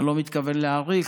אני לא מתכוון להאריך,